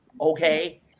okay